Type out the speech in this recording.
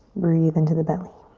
breathe into the belly.